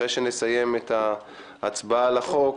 לאחר שנסיים את ההצבעה על החוק,